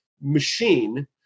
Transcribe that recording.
machine